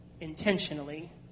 intentionally